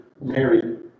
married